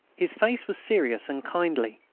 his face was serious and kindly,